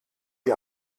die